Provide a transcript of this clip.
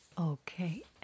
Okay